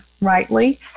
rightly